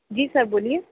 جی sir بولیے